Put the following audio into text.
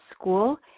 school